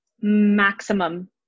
Maximum